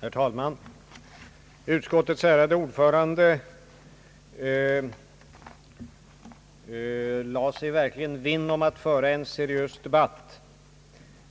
Herr talman! Utskottsavdelningens ärade ordförande lade sig verkligen vinn om att föra en extra seriös debatt